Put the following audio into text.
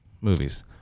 movies